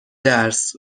درس